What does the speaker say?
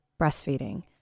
breastfeeding